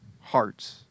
hearts